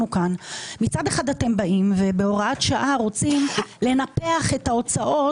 מצד אחד בהוראת שעה אתם רוצים לנפח את ההוצאות